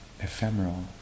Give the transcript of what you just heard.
ephemeral